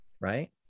right